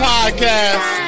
Podcast